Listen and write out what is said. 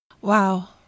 Wow